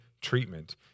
treatment